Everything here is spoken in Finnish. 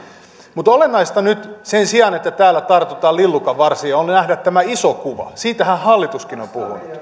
mutta olennaista nyt sen sijaan että täällä tartutaan lillukanvarsiin on nähdä tämä iso kuva siitähän hallituskin on